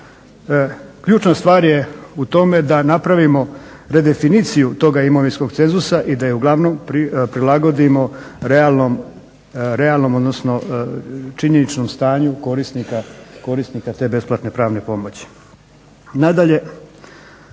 ključna stvar je u tome da napravimo redefiniciju toga imovinskog cenzusa i da je uglavnom prilagodimo realnom, odnosno činjeničnom stanju korisnika te besplatne pravne pomoći.